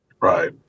Right